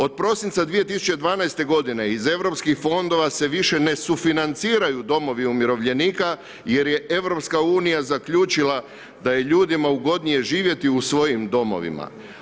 Od prosinca 2012. godine iz europskih fondova se više ne sufinanciraju domovi umirovljenika jer je EU zaključila da je ljudima ugodnije živjeti u svojim domovima.